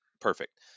Perfect